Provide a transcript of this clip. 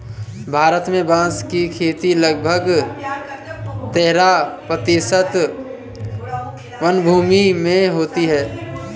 भारत में बाँस की खेती लगभग तेरह प्रतिशत वनभूमि में होती है